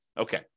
Okay